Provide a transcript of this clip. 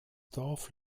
dorf